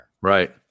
Right